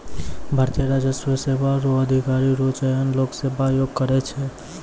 भारतीय राजस्व सेवा रो अधिकारी रो चयन लोक सेवा आयोग करै छै